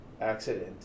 accident